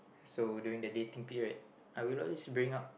so during the dating period I will also bring up